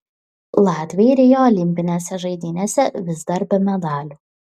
latviai rio olimpinėse žaidynėse vis dar be medalių